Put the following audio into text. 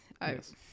Yes